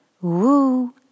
woo